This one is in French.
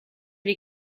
les